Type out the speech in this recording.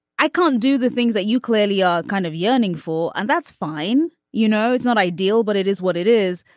i can't do the things that you clearly are kind of yearning for. and that's fine. you know, it's not ideal, but it is what it is.